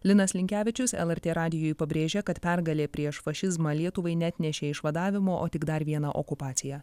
linas linkevičius lrt radijui pabrėžė kad pergalė prieš fašizmą lietuvai neatnešė išvadavimo o tik dar vieną okupaciją